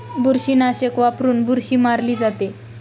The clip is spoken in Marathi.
बुरशीनाशक वापरून बुरशी मारली जाते